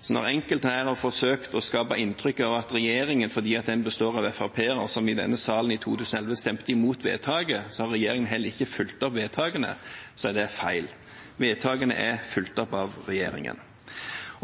Så når enkelte her har forsøkt å skape inntrykk av at regjeringen ikke har fulgt opp vedtakene fordi den består av Frp-ere, som i denne salen i 2011 stemte imot vedtaket, så er det feil. Vedtakene er fulgt opp av regjeringen.